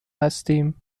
هستیم